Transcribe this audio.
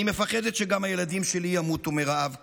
אני מפחדת שגם הילדים שלי ימותו מרעב כמוה.